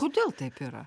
kodėl taip yra